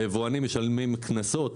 היבואנים משלמים קנסות